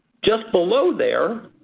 just below there,